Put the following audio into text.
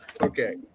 okay